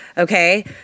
Okay